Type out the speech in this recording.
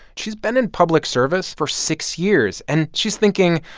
she's been in public service for six years. and she's thinking,